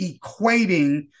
equating